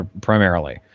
primarily